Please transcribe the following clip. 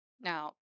Now